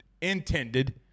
intended